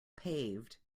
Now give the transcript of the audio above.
paved